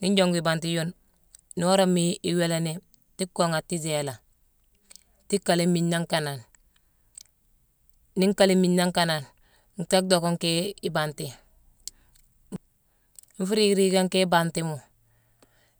Nii njongu ibanti yune, nii worama iiwéélé ni, tii konghé a tiiséla. Tii kali mmiigne nangh kanane. Nii nkali mmiigne nangh kanane, nkaa dhocka nkéé ibanti. Nfuu riig-riigé nkéé ibantimo;